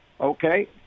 okay